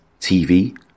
TV